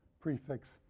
prefix